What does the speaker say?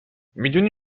میدونی